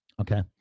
Okay